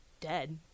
dead